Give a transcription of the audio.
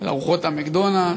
על ארוחות ה"מקדונלד'ס",